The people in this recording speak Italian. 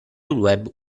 web